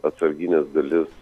atsargines dalis